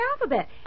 alphabet